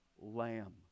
Lamb